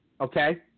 Okay